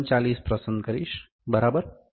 39 પસંદ કરીશ બરાબર